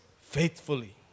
faithfully